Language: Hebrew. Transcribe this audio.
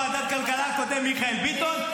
יו"ר ועדת כלכלה הקודם מיכאל ביטון.